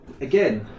again